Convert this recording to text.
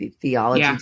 theology